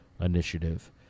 initiative